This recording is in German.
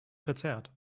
verzerrt